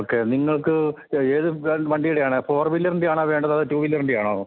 okay നിങ്ങൾക്ക് ഏത് വണ്ടിയുടെ ആണ് ഫോർ വീലറിൻ്റെ ആണോ വേണ്ടത് അതോ ടു വീലറിൻ്റെ ആണോ